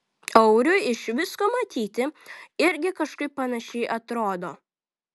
auriui iš visko matyti irgi kažkaip panašiai atrodo